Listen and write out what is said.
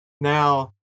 Now